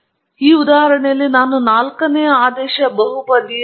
ಆದ್ದರಿಂದ ನಾವು ಹೆಚ್ಚು ಸೂಕ್ತವಾದ ಪ್ರದರ್ಶನ ಅಥವಾ ಹೆಚ್ಚು ಸೂಕ್ತವಾದ ಉದಾಹರಣೆಯನ್ನು ಮುಂದುವರಿಸೋಣ